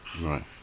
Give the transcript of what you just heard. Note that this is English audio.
Right